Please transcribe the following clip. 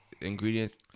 ingredients